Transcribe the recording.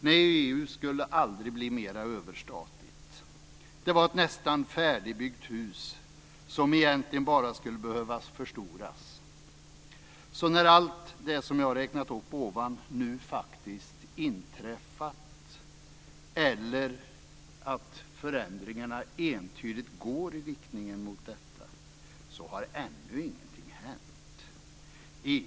Nej, EU skulle aldrig bli mera överstatligt. Det var ett nästan färdigbyggt hus som egentligen bara skulle behöva förstoras. När allt det som jag räknat upp nu faktiskt inträffat eller när förändringarna entydigt går i riktning mot detta, så har ännu ingenting hänt.